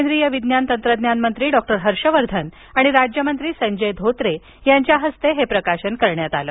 केंद्रीय विज्ञान आणि तंत्रज्ञान मंत्री डॉक्टर हर्ष वर्धन आणि राज्यमंत्री संजय धोत्रे यांच्या हस्ते हे प्रकाशन करण्यात आलं